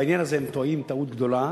בעניין הזה הם טועים טעות גדולה,